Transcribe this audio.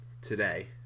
today